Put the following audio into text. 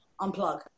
unplug